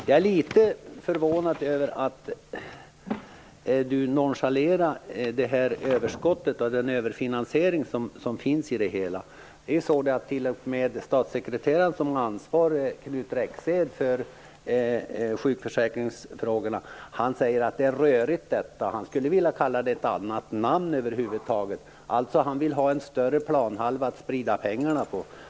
Jag är litet förvånad över att Siw Wittgren-Ahl nonchalerar den överfinansiering som finns i det hela. T.o.m. statssekreteraren som har ansvaret för sjukförsäkringsfrågorna, Knut Rexed, säger att detta är rörigt. Han skulle vilja ge det ett annat namn. Han vill alltså ha en större planhalva att sprida pengarna på.